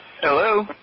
Hello